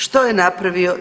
Što je napravio?